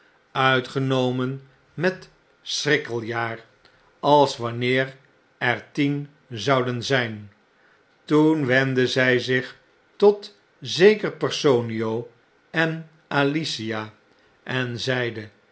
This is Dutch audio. uitgenomen met schrikkeljaar als wanneer er tien zouden zjjn toen wendde zy zich tot zekerpersonio en alicia en zeide